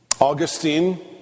Augustine